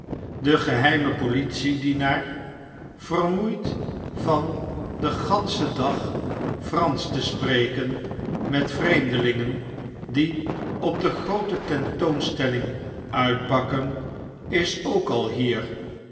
de geheime politiedienaar vermoeid van den ganschen dag fransch te spreken met vreemdelingen die op de groote tentoonstelling uitpakken is ook al hier